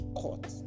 court